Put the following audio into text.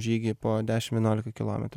žygį po dešim vienuolika kilometrų